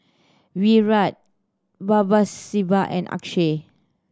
Virat Babasaheb and Akshay